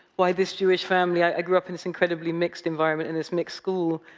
why this jewish family? i grew up in this incredibly mixed environment and this mixed school,